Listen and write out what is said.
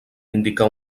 indicar